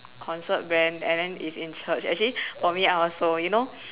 concert band and then is in church actually for me I also you know